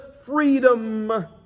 freedom